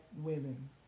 women